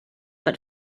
but